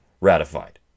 ratified